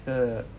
这个